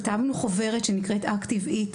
כתבנו חוברת שנקראת "ACTIVE EAT",